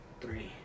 Three